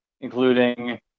including